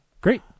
great